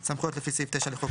כמו שאמרתם קודם, בסעיפים 59 ו-60,